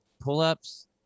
pull-ups